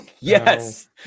Yes